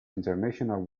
international